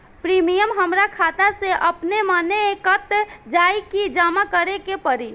Premium हमरा खाता से अपने माने कट जाई की जमा करे के पड़ी?